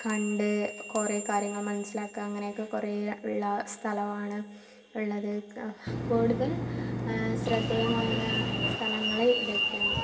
കണ്ട് കുറെ കാര്യങ്ങൾ മനസ്സിലാക്കാം അങ്ങനെയൊക്കെ കുറെ ഉള്ള സ്ഥലമാണ് ഉള്ളത് കൂടുതൽ ശ്രദ്ധേയമായ സ്ഥലങ്ങൾ ഇതൊക്കെയാണ്